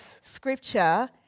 scripture